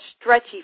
stretchy